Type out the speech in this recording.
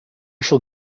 shall